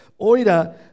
Oida